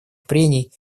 прений